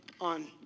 on